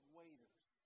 waiters